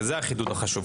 זה החידוד החשוב.